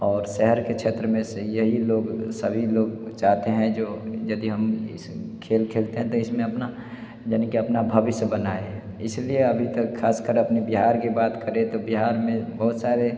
और शहर के क्षेत्र में से यही लोग सभी लोग चाहते हैं जो यदि हम इस खेल खेलते हैं तो इसमें अपना यानि कि अपना भविष्य बनाए इसलिए अभी तक ख़ास कर अपने बिहार की बात करें तो बिहार में बहुत सारे